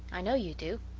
i know you do.